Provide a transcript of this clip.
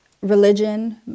religion